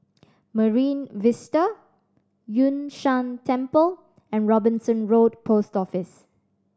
Marine Vista Yun Shan Temple and Robinson Road Post Office